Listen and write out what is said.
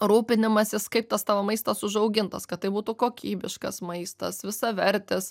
rūpinimasis kaip tas tavo maistas užaugintas kad tai būtų kokybiškas maistas visavertis